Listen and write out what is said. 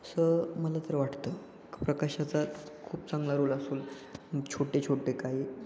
असं मला तर वाटतं प्रकाशाचा खूप चांगला रोल असतो छोटे छोटे काही